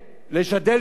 ויהודי לא נוצרי,